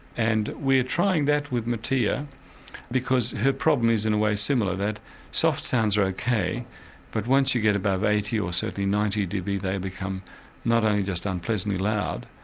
and we are trying that with mattea because her problem is in a way similar that soft sounds are ok but once you get above eighty or certainly ninety db they become not only just unpleasantly loud,